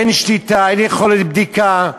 אין שליטה, אין יכולת בדיקה,